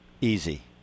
Easy